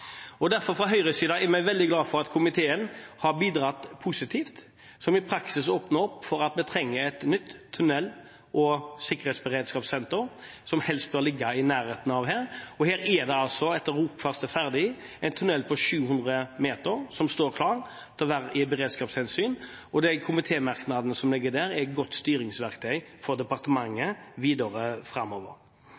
er vi fra høyresiden veldig glad for at komiteen har bidratt positivt, som i praksis åpnet opp for at vi trenger et nytt tunnelsikkerhets- og beredskapssenter, som helst bør ligge i nærheten her, og her er det altså, etter at Rogfast er ferdig, en tunnel på 700 m som står klar til beredskapshensyn. Og de komitémerknadene som ligger der, er et godt styringsverktøy for departementet